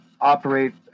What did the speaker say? operate